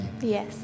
yes